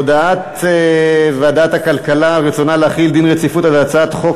הודעת ועדת הכלכלה על רצונה להחיל דין רציפות על הצעת חוק